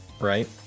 right